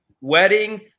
Wedding